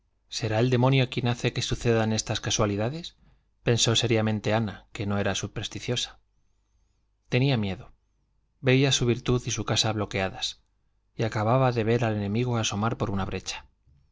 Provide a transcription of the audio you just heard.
será el demonio quien hace que sucedan estas casualidades pensó seriamente ana que no era supersticiosa tenía miedo veía su virtud y su casa bloqueadas y acababa de ver al enemigo asomar por una brecha